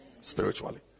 spiritually